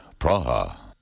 Praha